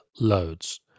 loads